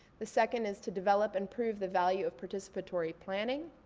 the second is to develop and prove the value of participatory planning.